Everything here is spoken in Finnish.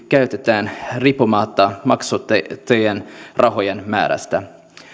käytetään riippumatta maksettujen rahojen määrästä